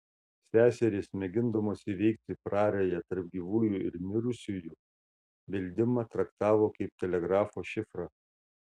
seserys mėgindamos įveikti prarają tarp gyvųjų ir mirusiųjų beldimą traktavo kaip telegrafo šifrą